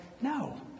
No